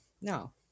no